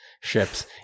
ships